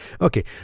Okay